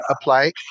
apply